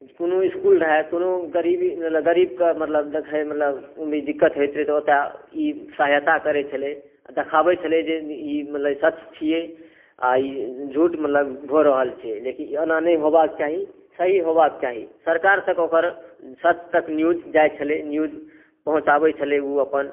कोनो इस्कुल रहए कोनो गरीब गरीबके मतलब देखयमे मतलब दिक्क्त होइत रहए तऽ ओतय ई सहायता करय छलै देखाबैत छलै जे ई मतलब सच छियै आ ई झूठ मतलब भऽ रहल छै लेकिन ओना नहि होयबाक चाही सही होयबाक चाही सरकार तक ओकर सच तक न्यूज़ जाइत छलै न्यूज़ पहुँचाबैत छलै ओ अपन